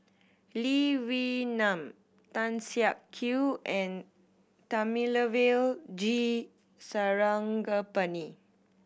Lee Wee Nam Tan Siak Kew and Thamizhavel G Sarangapani